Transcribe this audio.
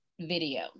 video